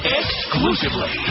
exclusively